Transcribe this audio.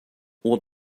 what